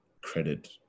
credit